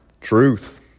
Truth